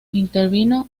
intervino